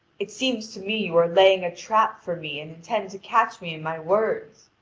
it seems to me you are laying a trap for me and intend to catch me in my words.